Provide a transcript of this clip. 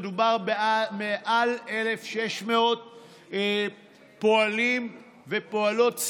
מדובר במעל 1,600 פועלים ופועלות,